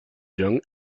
young